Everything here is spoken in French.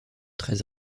très